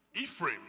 Ephraim